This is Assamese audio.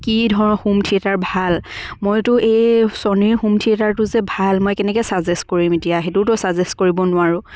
কি ধৰ হোম থিয়েটাৰ ভাল মই যে ছোনীৰ হোম থিয়েটাৰটো যে ভাল মই কেনেকৈ ছাজেষ্ট কৰিম এতিয়া সেইটোতো ছাজেষ্ট কৰিব নোৱাৰোঁ